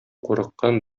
курыккан